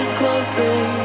closer